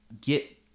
get